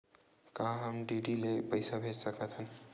का हम डी.डी ले पईसा भेज सकत हन?